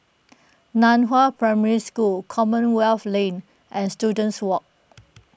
Nan Hua Primary School Commonwealth Lane and Students Walk